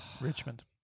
Richmond